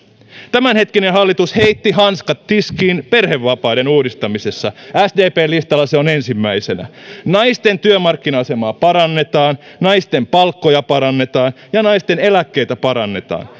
tämänhetkinen hallitus heitti hanskat tiskiin perhevapaiden uudistamisessa sdpn listalla se on ensimmäisenä naisten työmarkkina asemaa parannetaan naisten palkkoja parannetaan ja naisten eläkkeitä parannetaan